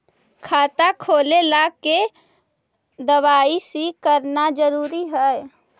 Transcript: खाता खोले ला के दवाई सी करना जरूरी है?